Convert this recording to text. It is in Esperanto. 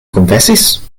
konfesis